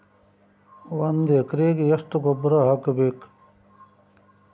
ಒಂದ್ ಎಕರೆಗೆ ಎಷ್ಟ ಗೊಬ್ಬರ ಹಾಕ್ಬೇಕ್?